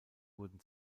wurden